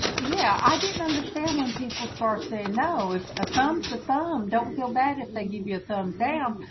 yeah, i didn't understand when people start saying no. it's a thumbs a thumb don't feel bad if they give you a thumbs down. um